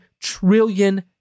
trillion